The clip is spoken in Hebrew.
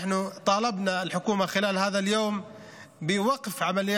אצל משפחת אבו